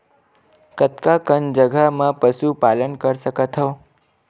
कतका कन जगह म पशु पालन कर सकत हव?